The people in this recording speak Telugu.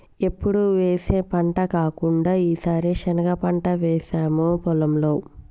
ఎప్పుడు వేసే పంట కాకుండా ఈసారి శనగ పంట వేసాము పొలంలో